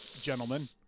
gentlemen